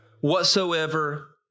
whatsoever